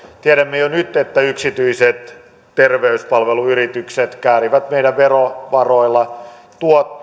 tiedämme jo nyt että yksityiset terveyspalveluyritykset käärivät meidän verovaroilla